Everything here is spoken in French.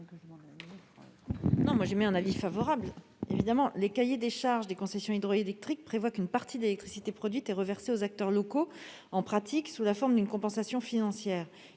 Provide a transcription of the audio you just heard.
évidemment un avis favorable sur cet amendement. Les cahiers des charges des concessions hydroélectriques prévoient qu'une partie de l'électricité produite est reversée aux acteurs locaux, en pratique sous la forme d'une compensation financière.